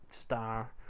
star